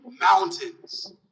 mountains